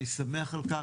אני שמח על כך.